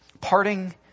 Parting